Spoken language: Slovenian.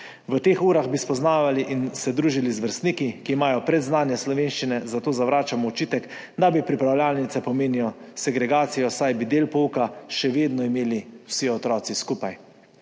V teh urah bi spoznavali in se družili z vrstniki, ki imajo predznanje slovenščine, zato zavračam očitek, da pripravljalnice pomenijo segregacijo, saj bi del pouka še vedno imeli vsi otroci skupaj.